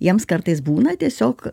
jiems kartais būna tiesiog